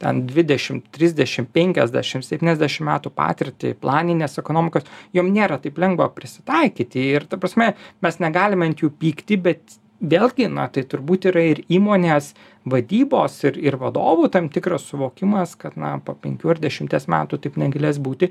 ten dvidešim trisdešim penkiasdešim septyniasdešim metų patirtį planinės ekonomikos jom nėra taip lengva prisitaikyti ir ta prasme mes negalim ant jų pyktį bet vėlgi na tai turbūt yra ir įmonės vadybos ir ir vadovų tam tikras suvokimas kad na po penkių ar dešimties metų taip negalės būti